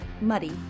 muddy